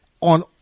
on